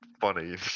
funny